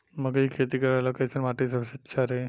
मकई के खेती करेला कैसन माटी सबसे अच्छा रही?